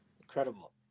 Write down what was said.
incredible